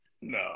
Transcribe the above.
No